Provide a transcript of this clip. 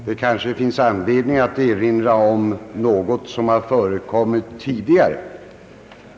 Det kanske finns anledning att erinra om vad som har förekommit tidigare.